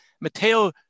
Matteo